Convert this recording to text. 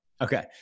Okay